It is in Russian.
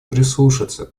прислушаться